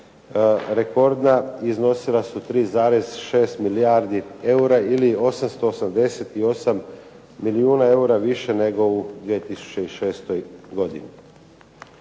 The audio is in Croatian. rekordna, iznosila su 3,6 milijardi eura ili 888 milijuna eura više nego u 2006. godini.